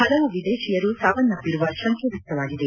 ಹಲವು ವಿದೇಶಿಯರು ಸಾವನ್ನಪ್ಪಿರುವ ಶಂಕೆ ವ್ಯಕ್ತವಾಗಿದೆ